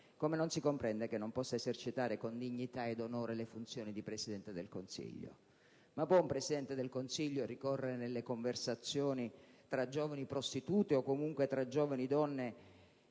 più incresciosi, non possa esercitare con dignità ed onore le funzioni di Presidente del Consiglio? Ma può un Presidente del Consiglio ricorrere nelle conversazioni tra giovani prostitute, o comunque tra giovani donne